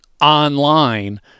online